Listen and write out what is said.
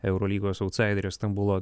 eurolygos autsaiderę stambulo